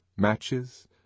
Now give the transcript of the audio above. Matches